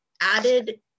added